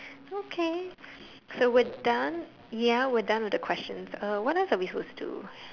okay so we're done ya we're done with the questions uh what else are we supposed to do